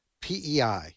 PEI